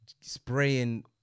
spraying